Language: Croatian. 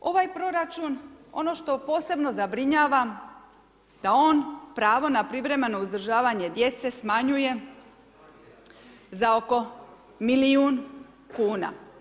Ovaj proračun, ono što posebno zabrinjava, da on pravo na privremeno uzdržavanje djece smanjuje za oko milijun kuna.